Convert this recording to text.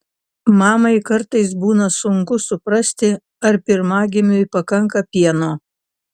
mamai kartais būna sunku suprasti ar pirmagimiui pakanka pieno